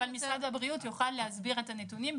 אבל משרד הבריאות יוכל להסביר את הנתונים.